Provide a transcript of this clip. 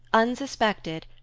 unsuspected,